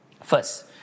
first